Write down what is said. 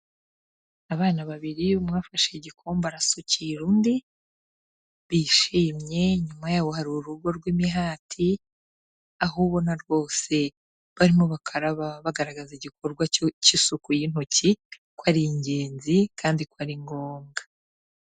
Abana babiri umwe afashe igikombe arasukira undi, bishimye nyuma yabo hari urugo rw'imihati, aho ubona rwose barimo bakaraba bagaragaza igikorwa cy'isuku y'intoki, ko ari ingenzi kandi ko ari ngombwa.